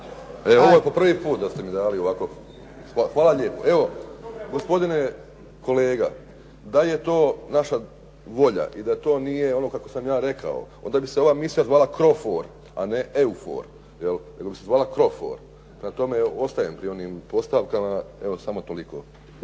Ovo je po prvi put da ste mi dali ovako. Hvala lijepo. Gospodine kolega, da je to naša volja i da to nije ono kako sam ja rekao onda bi se ova misija zvala CROFOR a ne EUFOR. Prema tome, ostajem pri onim postavkama. Evo, samo toliko.